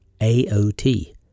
AOT